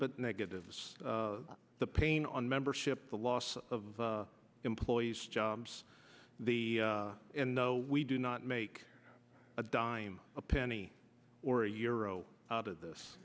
but negatives the pain on membership the loss of employees jobs the and no we do not make a dime a penny or a euro out of this